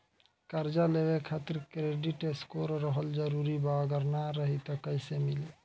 कर्जा लेवे खातिर क्रेडिट स्कोर रहल जरूरी बा अगर ना रही त कैसे मिली?